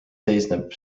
seisneb